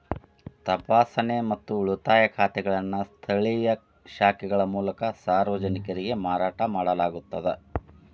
ತಪಾಸಣೆ ಮತ್ತು ಉಳಿತಾಯ ಖಾತೆಗಳನ್ನು ಸ್ಥಳೇಯ ಶಾಖೆಗಳ ಮೂಲಕ ಸಾರ್ವಜನಿಕರಿಗೆ ಮಾರಾಟ ಮಾಡಲಾಗುತ್ತದ